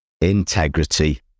integrity